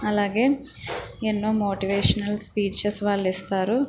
అలాగే ఎన్నో motivational speeches వాళ్లు ఇస్తారు